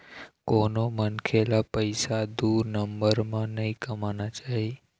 कोनो मनखे ल पइसा दू नंबर म नइ कमाना चाही